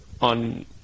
on